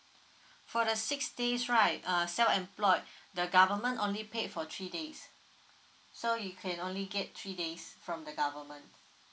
for the six days right err self employed the government only paid for three days so you can only get three days from the government